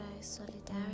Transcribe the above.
solidarity